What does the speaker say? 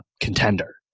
contender